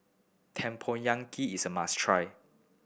Tempoyak is a must try